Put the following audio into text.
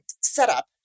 setup